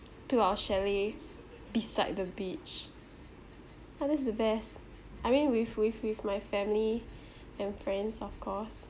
to our chalet beside the beach uh that's the best I mean with with with my family and friends of course